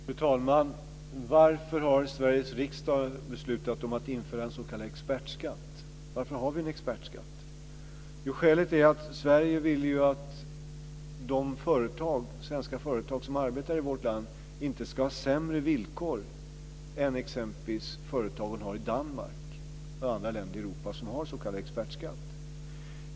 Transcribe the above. Fru talman! Varför har Sveriges riksdag beslutat om att införa en s.k. expertskatt? Varför har vi en expertskatt? Jo, skälet är att Sverige ville att de svenska företag som arbetar i vårt land inte skulle ha sämre villkor än vad företagen har i exempelvis Danmark och andra länder i Europa som har s.k. expertskatt.